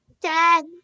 Dad